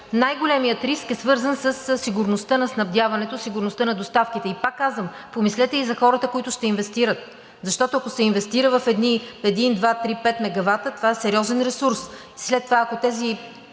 най-големият риск е свързан със сигурността на снабдяването, сигурността на доставките. Пак казвам, помислете и за хората, които ще инвестират. Защото, ако се инвестира в един, два, три, пет мегавата, това е сериозен ресурс. След това, ако тези